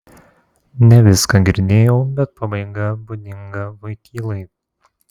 ne viską girdėjau bet pabaiga būdinga voitylai